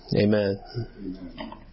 Amen